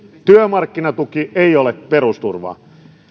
työmarkkinatuki ei ole perusturvaa